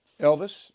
Elvis